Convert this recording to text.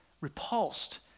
repulsed